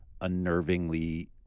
unnervingly